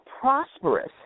prosperous